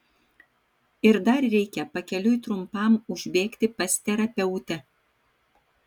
ir dar reikia pakeliui trumpam užbėgti pas terapeutę